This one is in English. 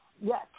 yes